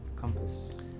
Compass